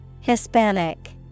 Hispanic